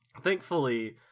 thankfully